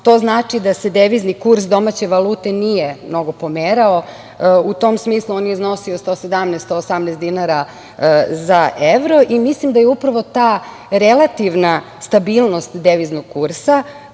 to znači da se devizni kurs domaće valute nije mnogo pomerao. U tom smislu on je iznosio 117, 118 dinara za evro, i mislim da je upravo ta relativna stabilnost deviznog kursa